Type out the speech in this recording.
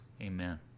Amen